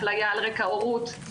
אפליה על רקע הורות,